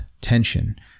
tension